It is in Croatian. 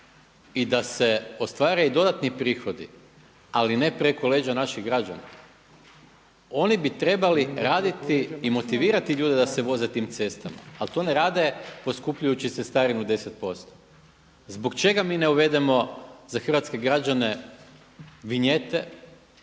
i da se ostvare i dodatni prihodi, ali ne preko leđa naših građana. Oni bi trebali raditi i motivirati ljude da se voze tim cestama ali to ne rade poskupljujući cestarinu 10%. Zbog čega mi ne uvedemo za hrvatske građane vinjete